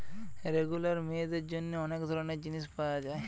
regular মেয়েদের জন্যে অনেক ধরণের জিনিস পায়া যায়